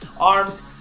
arms